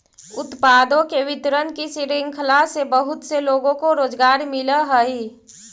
उत्पादों के वितरण की श्रृंखला से बहुत से लोगों को रोजगार मिलअ हई